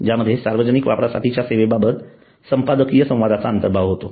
ज्यामध्ये सार्वजनिक वापरासाठीच्या सेवेबाबत संपादकीय संवादाचा अंतर्भाव होतो